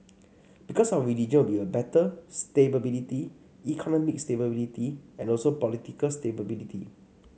because our region will be better stability economic stability and also political stability